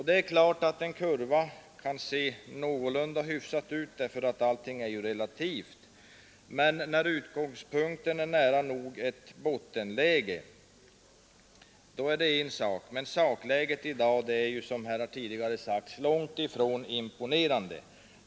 Det är klart att en kurva, eftersom allting är relativt, kan se någorlunda bra ut när utgångspunkten är ett nära nog bottenläge, men sakläget i dag är ju, som här tidigare sagts, långt ifrån imponerande.